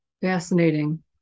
fascinating